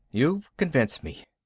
you've convinced me.